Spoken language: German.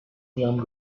ihrem